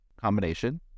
combination